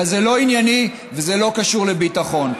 אבל זה לא ענייני וזה לא קשור לביטחון.